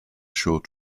short